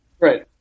right